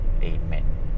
Amen